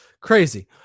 Crazy